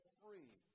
free